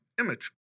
image